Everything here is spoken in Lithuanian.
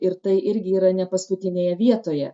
ir tai irgi yra ne paskutinėje vietoje